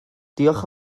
diolch